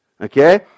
Okay